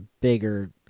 bigger